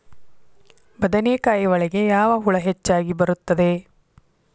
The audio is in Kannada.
ಬದನೆಕಾಯಿ ಒಳಗೆ ಯಾವ ಹುಳ ಹೆಚ್ಚಾಗಿ ಬರುತ್ತದೆ?